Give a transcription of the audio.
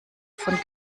von